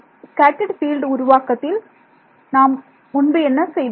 scattered field உருவாக்கத்தில் நாம் முன்பு என்ன செய்தோம்